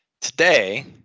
Today